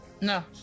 No